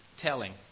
telling